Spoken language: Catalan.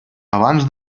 abans